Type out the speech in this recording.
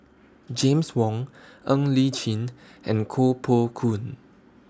James Wong Ng Li Chin and Koh Poh Koon